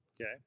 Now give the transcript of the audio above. Okay